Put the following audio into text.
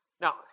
Now